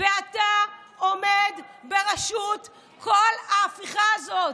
ואתה עומד בראשות כל ההפיכה הזאת.